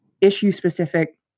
issue-specific